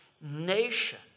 nation